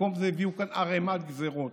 במקום זה הביאו כאן ערימת גזרות